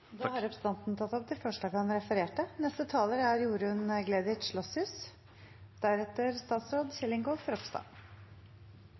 Da har representanten Tellef Inge Mørland tatt opp de forslagene han refererte til. Det er